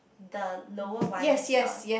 the lower one is your